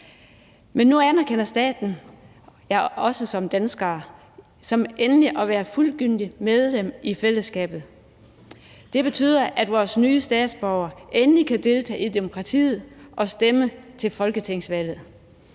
men nu anerkender staten jer også som danskere – som endelig at være fuldgyldige medlemmer af fællesskabet. Det betyder, at vores nye statsborgere endelig kan deltage i demokratiet og stemme til folketingsvalg.